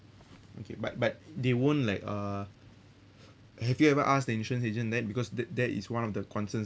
okay but but they won't like uh have you ever ask the insurance agent that because that that is one of the concerns